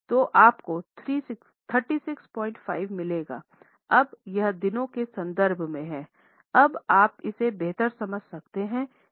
तो आपको 365 मिलेगा अब यह दिनों के संदर्भ में है अब आप इसे बेहतर समझ सकते हैं